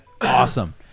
Awesome